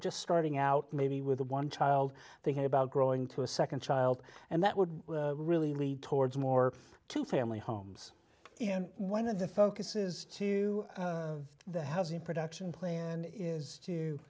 just starting out maybe with one child thinking about growing to a second child and that would really lead towards more to family homes in one of the focuses to the housing production plan is to